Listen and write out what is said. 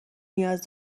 نیاز